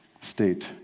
state